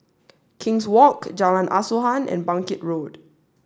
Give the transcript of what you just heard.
King's Walk Jalan Asuhan and Bangkit Road